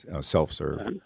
self-serve